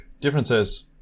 differences